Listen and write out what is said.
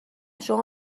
شما